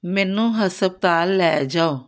ਮੈਨੂੰ ਹਸਪਤਾਲ ਲੈ ਜਾਓ